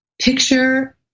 picture